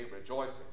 rejoicing